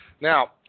Now